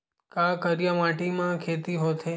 का करिया माटी म खेती होथे?